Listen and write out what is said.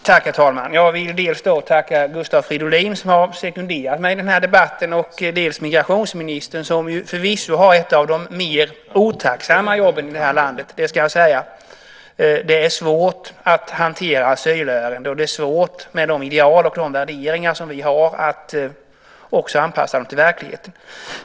Herr talman! Jag vill dels tacka Gustav Fridolin som har sekunderat mig i debatten, dels tacka migrationsministern, som förvisso har ett av de mer otacksamma jobben i landet. Det är svårt att hantera asylärenden, och det är svårt med de ideal och värderingar vi har att också anpassa dem till verkligheten.